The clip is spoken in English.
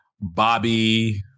Bobby